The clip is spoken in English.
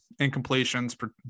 incompletions